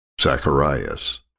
Zacharias